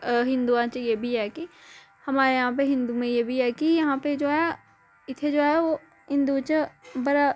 हिन्दुआ च एह् बी ऐ की हमारे यहां पे हिन्दुओं में यह बी है की यहां पे जो है इ'त्थें जो ऐ हिंदुएं च बड़ा